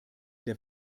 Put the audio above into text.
der